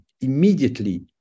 immediately